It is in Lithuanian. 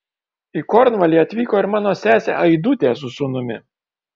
į kornvalį atvyko ir mano sesė aidutė su sūnumi